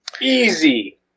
Easy